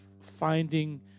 finding